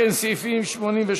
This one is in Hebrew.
אם כן, סעיפים 89